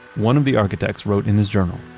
one of the architects wrote in his journal,